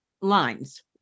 lines